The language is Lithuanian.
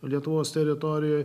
lietuvos teritorijoje